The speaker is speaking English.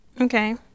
okay